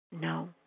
No